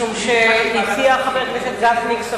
משום שביקש חבר הכנסת גפני ועדת כספים,